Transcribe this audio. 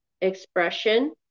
Expression